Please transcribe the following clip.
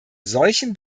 solchen